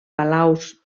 palaus